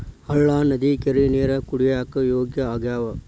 ಹಳ್ಳಾ ನದಿ ಕೆರಿ ನೇರ ಕುಡಿಯಾಕ ಯೋಗ್ಯ ಆಗ್ಯಾವ